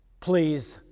please